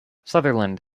sutherland